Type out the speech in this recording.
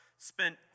Spent